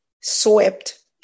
swept